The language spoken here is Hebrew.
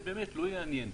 לא יעניין.